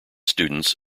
students